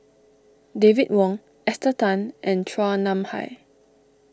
David Wong Esther Tan and Chua Nam Hai